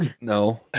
No